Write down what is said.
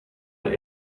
that